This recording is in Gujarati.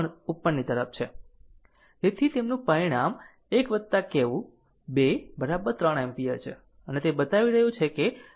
તેથી તેમનું પરિણામ 1 કહેવું 2 3 એમ્પીયર છે અને તે બતાવી રહ્યું છે કે આ રીત ઉપરની તરફ આપવામાં આવી છે